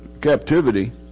captivity